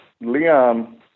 Leon